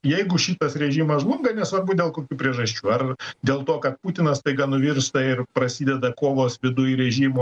jeigu šitas režimas žlunga nesvarbu dėl kokių priežasčių ar dėl to kad putinas staiga nuvirsta ir prasideda kovos viduj režimo